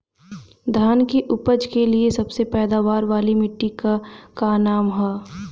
धान की उपज के लिए सबसे पैदावार वाली मिट्टी क का नाम ह?